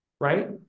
right